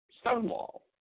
Stonewall